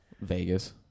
Vegas